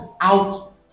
out